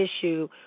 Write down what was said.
issue